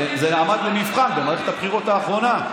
זה עמד למבחן במערכת הבחירות האחרונה,